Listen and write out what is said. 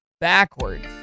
backwards